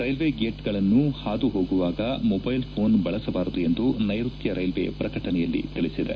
railway ಗೇಟ್ಗಳನ್ನು ಹಾದು ಹೋಗುವಾಗ ಮೊಬೈಲ್ ಘೋನ್ ಬಳಸಬಾರದು ಎಂದು ನೈರುತ್ಕ ರೈಲ್ವೆ ಪ್ರಕಟಣೆಯಲ್ಲಿ ತಿಳಿಸಿದೆ